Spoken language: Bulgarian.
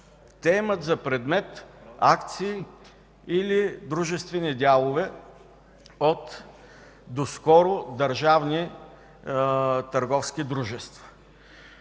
те имат за предмет акции или дружествени дялове от доскоро държавни търговски дружества.